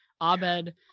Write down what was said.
Abed